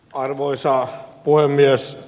arvoisa puhemies